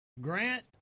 Grant